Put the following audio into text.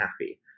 happy